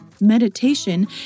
Meditation